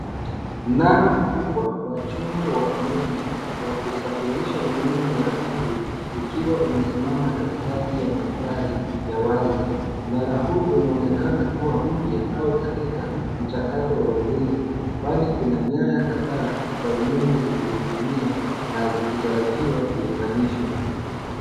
Mnara mkubwa wa chuma wa umeme, wa kusafirisha umeme wa juu ukiwa umesimama katikati ya mandhari ya wazi. Mnara huu unaonekana kuwa mpya au katika mchakato wa ujenzi, kwani kuna nyaya kadhaa za umeme zikininginia na zikitarajiwa kuunganishwa.